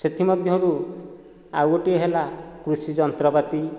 ସେଥିମଧ୍ୟରୁ ଆଉ ଗୋଟିଏ ହେଲା କୃଷି ଯନ୍ତ୍ରପାତି